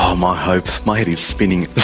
um ah hopes! my head is spinning.